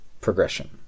progression